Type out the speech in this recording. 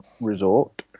Resort